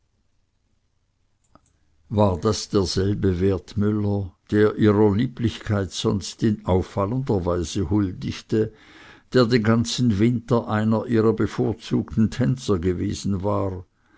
war das derselbe wertmüller der ihrer lieblichkeit sonst in auffallender weise huldigte der den ganzen winter einer ihrer bevorzugten tänzer gewesen war